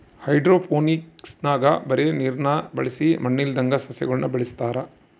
ಹೈಡ್ರೋಫೋನಿಕ್ಸ್ನಾಗ ಬರೇ ನೀರ್ನ ಬಳಸಿ ಮಣ್ಣಿಲ್ಲದಂಗ ಸಸ್ಯಗುಳನ ಬೆಳೆಸತಾರ